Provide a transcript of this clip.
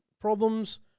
problems